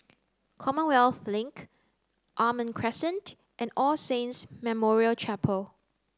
Commonwealth Link Almond Crescent and All Saints Memorial Chapel